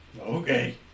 okay